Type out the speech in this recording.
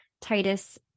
titus